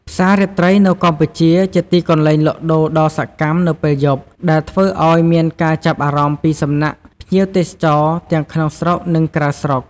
ផ្សារាត្រីនៅកម្ពុជាជាទីកន្លែងលក់ដូរដ៏សកម្មនៅពេលយប់ ដែលធ្វើឲ្យមានការចាប់អារម្មណ៏ពីសំណាក់ភ្ញៀវទេសចរណ៏ទាំងក្នុងស្រុកនិងក្រៅស្រុក។